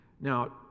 Now